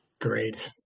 Great